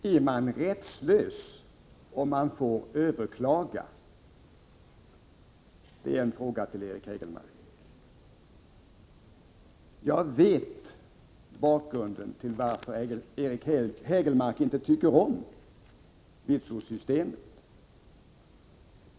Herr talman! Är man rättslös om man får överklaga? Det är en fråga till Eric Hägelmark. Jag vet bakgrunden till att Eric Hägelmark inte tycker om vitsordssystemet.